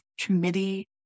committee